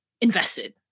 invested